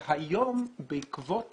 שהיום, בעקבות